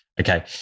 Okay